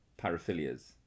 paraphilias